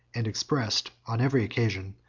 and expressed on every occasion,